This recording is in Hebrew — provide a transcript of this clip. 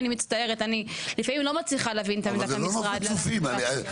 אני מצטערת אני לפעמים לא מצליח להבין את המשרד להגנת הסביבה.